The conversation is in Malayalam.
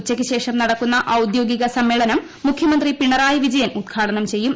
ഉച്ചയ്ക്ക് ശേഷം നടക്കുന്ന ഒദ്യോഗിക സമ്മേളനം മുഖ്യമന്ത്രി പിണ്നറായി വിജയൻ ഉദ്ഘാടനം ചെയ്യും